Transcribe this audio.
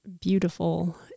beautiful